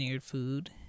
food